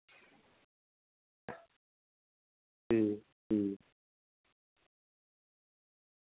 ठीक ठीक